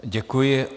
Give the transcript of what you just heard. Děkuji.